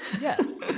yes